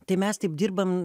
tai mes taip dirbam